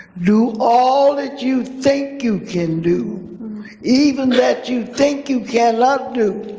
do all that you think you can do even that you think you cannot do.